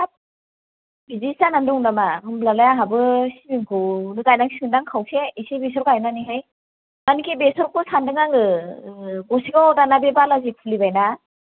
हाब बिदिसो जाना दं नामा होमब्लालाय आंहाबो सिबिंखौनो गायनांसिगोन दां खावसे एसे बेसर गायनानैहाय मानेखि बेसरखौ सान्दों आङो गसाइगावआव दाना बे बालाजि खुलिबाय ना